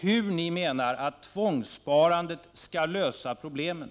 hur ni menar att tvångssparandet skall lösa problemen.